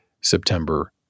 September